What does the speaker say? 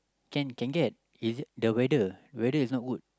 can can get it's just the weather weather is not good